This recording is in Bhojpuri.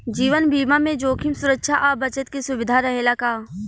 जीवन बीमा में जोखिम सुरक्षा आ बचत के सुविधा रहेला का?